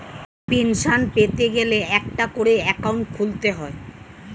pension পেতে গেলে একটা করে অ্যাকাউন্ট খুলতে হয়